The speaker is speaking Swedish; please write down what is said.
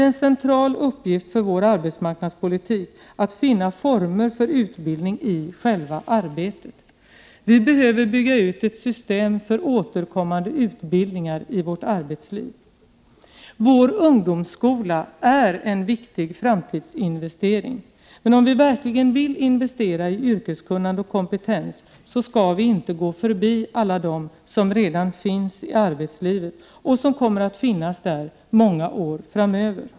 En central uppgift för vår arbetsmarknadspolitik blir därför att finna former för utbildning i själva arbetet. Vi behöver bygga ut ett system för återkommande utbildningar i vårt arbetsliv. Vår ungdomsskola är en viktig framtidsinvestering. Men om vi verkligen vill investera i yrkeskunnande och kompetens, så skall vi inte gå förbi alla dem som redan finns i arbetslivet och som kommer att finnas där många år framöver.